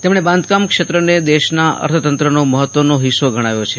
તેમણે બાંધકામ ક્ષેત્રને દેશના અર્થતંત્રનો મહત્વનો હિસ્સો ગણાવ્યો છે